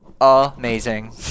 amazing